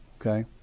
Okay